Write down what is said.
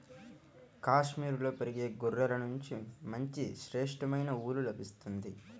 కాశ్మీరులో పెరిగే గొర్రెల నుంచి మంచి శ్రేష్టమైన ఊలు లభిస్తుంది